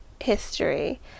history